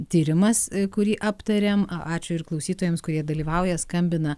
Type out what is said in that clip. tyrimas kurį aptarėm ačiū ir klausytojams kurie dalyvauja skambina